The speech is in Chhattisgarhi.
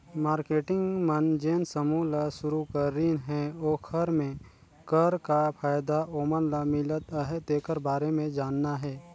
मारकेटिंग मन जेन समूह ल सुरूकरीन हे ओखर मे कर का फायदा ओमन ल मिलत अहे तेखर बारे मे जानना हे